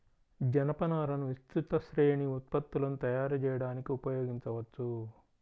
జనపనారను విస్తృత శ్రేణి ఉత్పత్తులను తయారు చేయడానికి ఉపయోగించవచ్చు